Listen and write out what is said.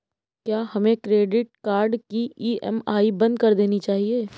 क्या हमें credit card की ई.एम.आई बंद कर देनी चाहिए?